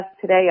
today